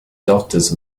doctors